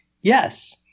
yes